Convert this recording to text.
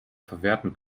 verwerten